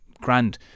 grand